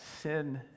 sin